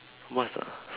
what's the